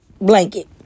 blanket